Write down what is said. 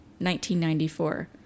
1994